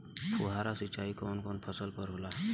फुहार सिंचाई कवन कवन फ़सल पर होला?